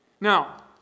Now